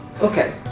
Okay